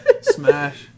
Smash